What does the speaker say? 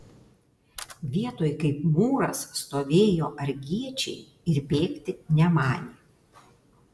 vietoj kaip mūras stovėjo argiečiai ir bėgti nemanė